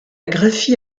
graphie